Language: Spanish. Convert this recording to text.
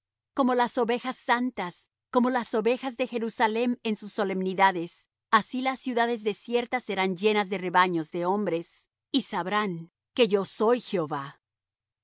como las ovejas santas como las ovejas de jerusalem en sus solemnidades así las ciudades desiertas serán llenas de rebaños de hombres y sabrán que yo soy jehová